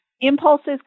impulses